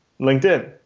LinkedIn